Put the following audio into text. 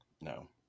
No